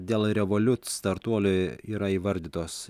dėl revoliut startuolio yra įvardytos